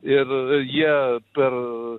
ir jie per